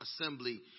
assembly